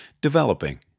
developing